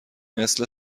مثل